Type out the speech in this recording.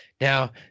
Now